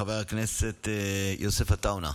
חבר הכנסת יוסף עטאונה,